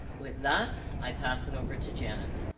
with that i pass it over to janet